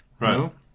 Right